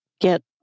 get